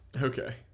Okay